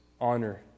honor